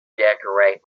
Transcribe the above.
decorate